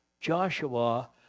Joshua